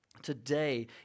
today